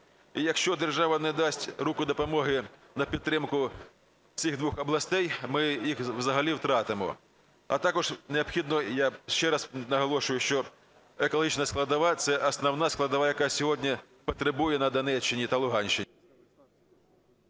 якщо держава не дасть руку допомоги на підтримку цих двох областей, ми їх взагалі втратимо. А також необхідно, я ще раз наголошую, що екологічна складова – це основна складова, яку сьогодні потребують на Донеччині та Луганщині.